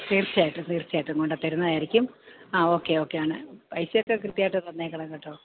തീർച്ചയായിട്ടും തീർച്ഛയായിട്ടും കൊണ്ടുത്തരുന്നതായിരിക്കും ആഹ് ഓക്കെ ഓക്കെയാണ് പൈസയൊക്കെ കൃത്യമായിട്ട് തന്നേക്കണം കേട്ടോ